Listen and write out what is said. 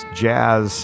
jazz